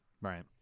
Right